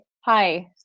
hi